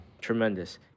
Tremendous